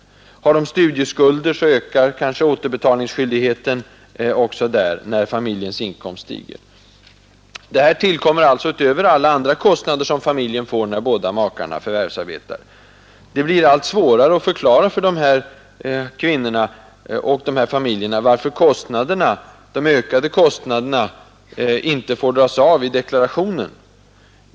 Har de studieskulder ökar kanske återbetalningsskyldigheten när familjens inkomster stiger. Det här tillkommer alltså utöver alla andra kostnader som familjen får när båda makarna förvärvsarbetar. Det bli allt svårare att förklara för dessa familjer varför de ökade kostnaderna inte får dras av i deklarationen.